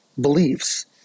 beliefs